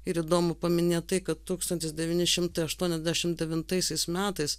ir įdomu paminėt tai kad tūkstantis devyni šimtai aštuoniasdešim devintaisiais metais